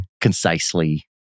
concisely